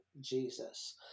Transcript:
Jesus